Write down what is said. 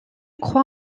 croit